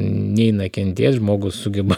neina kentėt žmogus sugeba